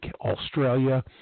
Australia